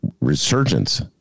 resurgence